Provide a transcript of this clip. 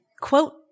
quote